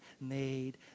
made